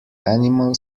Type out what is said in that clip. animal